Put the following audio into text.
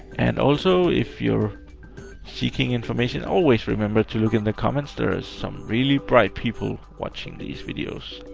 and also, if you're seeking information, always remember to look in the comments. there are some really bright people watching these videos.